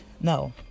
no